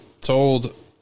told